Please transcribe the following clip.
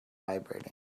vibrating